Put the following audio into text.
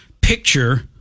picture